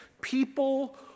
People